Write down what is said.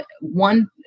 one